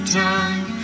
time